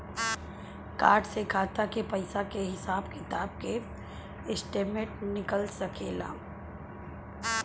Card से खाता के पइसा के हिसाब किताब के स्टेटमेंट निकल सकेलऽ?